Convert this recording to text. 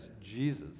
Jesus